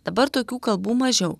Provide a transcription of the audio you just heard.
dabar tokių kalbų mažiau